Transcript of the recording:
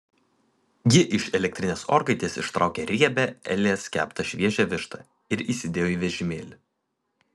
ji iš elektrinės orkaitės ištraukė riebią elės keptą šviežią vištą ir įsidėjo į vežimėlį